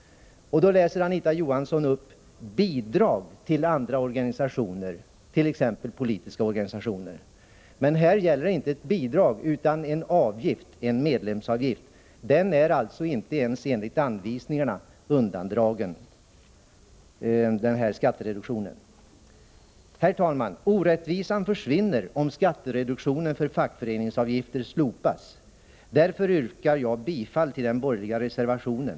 Då läser Anita Johansson upp ”bidrag till andra organisationer, t.ex. politiska organisationer”. Men här gäller inte ett bidrag utan en avgift, en medlemsavgift. Den är alltså inte ens enligt anvisningarna undantagen från denna skattereduktion. Herr talman! Orättvisan försvinner om skattereduktionen för fackföreningsavgifter slopas. Därför yrkar jag bifall till den borgerliga reservationen.